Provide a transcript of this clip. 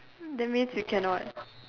that means you cannot